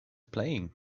playing